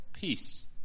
peace